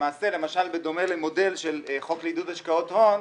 למעשה למשל בדומה למודל של חוק עידוד השקעות הון,